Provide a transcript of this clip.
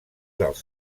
dels